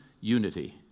unity